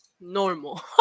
normal